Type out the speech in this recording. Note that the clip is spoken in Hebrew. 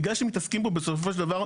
בגלל שאתם מתעסקים פה בסופו של דבר,